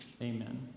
Amen